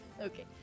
Okay